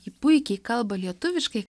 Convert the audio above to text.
ji puikiai kalba lietuviškai